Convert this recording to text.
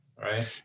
right